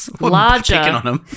larger